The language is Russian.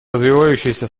развивающаяся